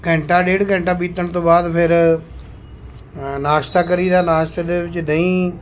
ਘੰਟਾ ਡੇਢ ਘੰਟਾ ਬੀਤਣ ਤੋਂ ਬਾਅਦ ਫਿਰ ਨਾਸ਼ਤਾ ਕਰੀਦਾ ਲਾਸਟ ਦੇ ਵਿੱਚ ਦਹੀਂ